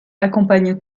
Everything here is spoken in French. accompagne